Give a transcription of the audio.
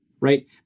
right